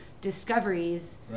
discoveries